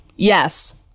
Yes